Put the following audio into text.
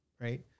right